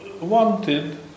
wanted